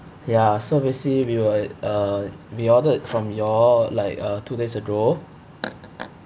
ya so basically we were uh we ordered from you all like uh two days ago